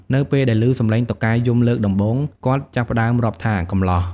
នៅពេលដែលឮសំឡេងតុកែយំលើកដំបូង គាត់ចាប់ផ្ដើមរាប់ថា កំលោះ។